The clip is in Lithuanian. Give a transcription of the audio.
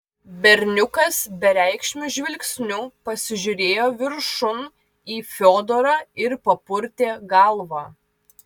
berniukas bereikšmiu žvilgsniu pasižiūrėjo viršun į fiodorą ir papurtė galvą